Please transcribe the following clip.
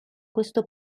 questo